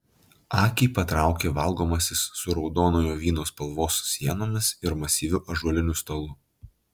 akį patraukė valgomasis su raudonojo vyno spalvos sienomis ir masyviu ąžuoliniu stalu